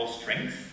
strength